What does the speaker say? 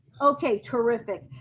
okay, terrific.